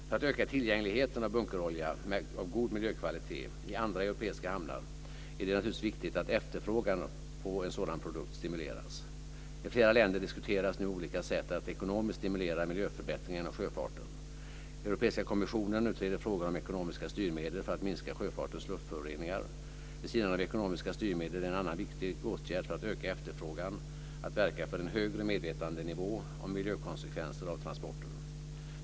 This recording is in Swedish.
För att öka tillgängligheten av bunkerolja av god miljökvalitet i andra europeiska hamnar är det viktigt att efterfrågan av en sådan produkt stimuleras. I flera länder diskuteras nu olika sätt att ekonomiskt stimulera miljöförbättringar inom sjöfarten. Europeiska kommissionen utreder frågor om ekonomiska styrmedel för att minska sjöfartens luftföroreningar. Vid sidan av ekonomiska styrmedel är en annan viktig åtgärd för att öka efterfrågan att verka för en högre medvetandenivå om miljökonsekvenser av transporter.